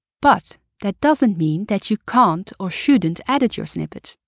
but, that doesn't mean that you can't or shouldn't edit your snippet.